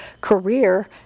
career